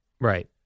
right